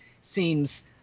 seems